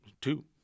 two